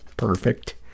Perfect